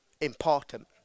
important